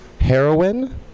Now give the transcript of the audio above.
heroin